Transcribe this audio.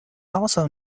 also